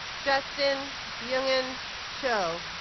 justin yongeun cho